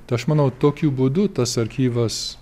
tai aš manau tokiu būdu tas archyvas